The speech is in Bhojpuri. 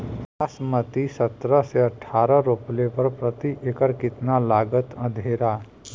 बासमती सत्रह से अठारह रोपले पर प्रति एकड़ कितना लागत अंधेरा?